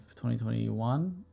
2021